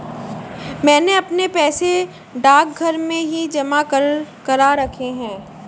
मैंने अपने पैसे डाकघर में ही जमा करा रखे हैं